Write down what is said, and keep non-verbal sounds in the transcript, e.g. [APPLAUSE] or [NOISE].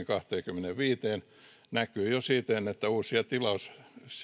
[UNINTELLIGIBLE] kahteenkymmeneenviiteen näkyy jo siten että uusia tilauksia